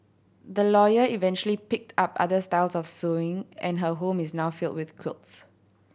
the lawyer eventually picked up other styles of sewing and her home is now filled with quilts